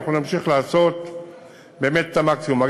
ואנחנו נמשיך לעשות באמת את המקסימום.